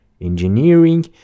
Engineering